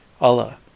Allah